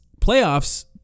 playoffs